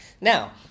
Now